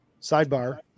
Sidebar